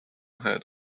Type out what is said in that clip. had